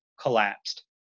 collapsed